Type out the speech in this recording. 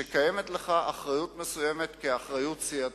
שקיימת לך אחריות מסוימת כאחריות סיעתית.